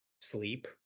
sleep